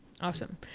Awesome